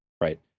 right